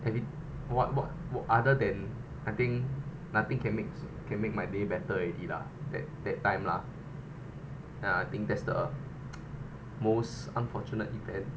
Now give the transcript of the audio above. I mean what what other than I think nothing can make can make my day better already lah that that time lah ya I think that's the most unfortunate event